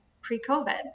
pre-COVID